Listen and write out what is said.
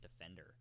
defender